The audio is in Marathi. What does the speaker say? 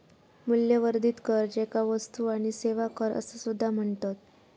मूल्यवर्धित कर, ज्याका वस्तू आणि सेवा कर असा सुद्धा म्हणतत